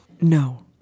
No